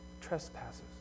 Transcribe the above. trespasses